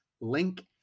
link